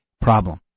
problem